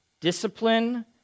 discipline